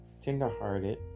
tenderhearted